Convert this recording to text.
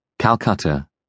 Calcutta